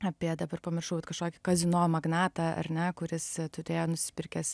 apie dabar pamiršau vat kažkokį kazino magnatą ar ne kuris turėjo nusipirkęs